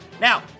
Now